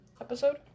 episode